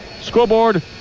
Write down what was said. scoreboard